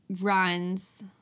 runs